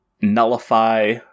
nullify